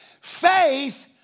Faith